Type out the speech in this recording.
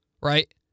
Right